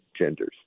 genders